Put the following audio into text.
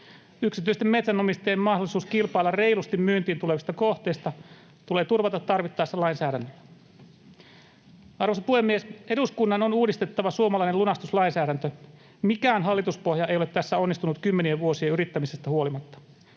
Yksityisten metsänomistajien mahdollisuus kilpailla reilusti myyntiin tulevista kohteista tulee turvata tarvittaessa lainsäädännöllä. Arvoisa puhemies! Eduskunnan on uudistettava suomalainen lunastuslainsäädäntö. Mikään hallituspohja ei ole tässä onnistunut kymmenien vuosien yrittämisestä huolimatta.